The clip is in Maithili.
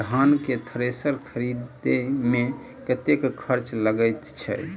धान केँ थ्रेसर खरीदे मे कतेक खर्च लगय छैय?